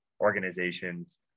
organizations